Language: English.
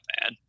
bad